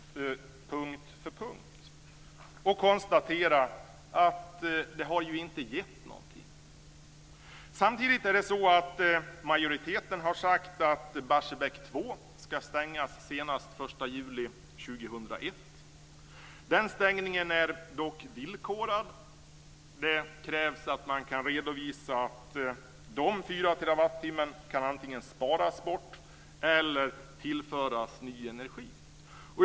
Samtidigt har majoriteten sagt att Barsebäck 2 ska stängas senast den 1 juli 2001. Den stängningen är dock villkorad. Det krävs att man kan redovisa antingen att de 4 terawattimmar som det gäller kan sparas bort eller att det kan tillföras ny energi.